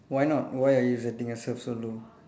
why not why are you setting yourself so low